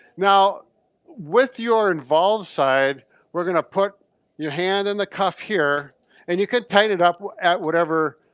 now with your involved side we're gonna put your hand in the cuff here and you could tighten it up at whatever